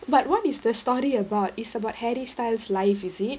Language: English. but what is the story about it's about harry styles' life is it